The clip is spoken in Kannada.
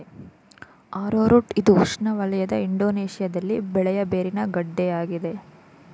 ಆರೋರೂಟ್ ಇದು ಉಷ್ಣವಲಯದ ಇಂಡೋನೇಶ್ಯದಲ್ಲಿ ಬೆಳೆಯ ಬೇರಿನ ಗೆಡ್ಡೆ ಆಗಿದೆ